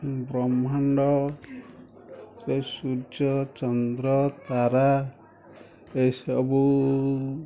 ବ୍ରହ୍ମାଣ୍ଡରେ ସୂର୍ଯ୍ୟ ଚନ୍ଦ୍ର ତାରା ଏ ସବୁ